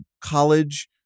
college-